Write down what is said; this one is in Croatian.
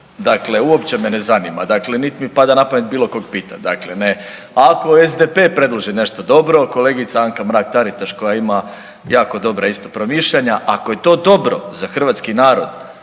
Dakle, uopće me ne zanima, dakle niti mi pada na pamet bilo koga pitati. Ako SDP-e predloži nešto dobro, kolegica Anka Mrak Taritaš koja ima jako dobra isto promišljanja ako je to dobro za hrvatski narod